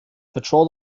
patrol